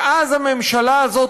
מאז הוקמה הממשלה הזאת,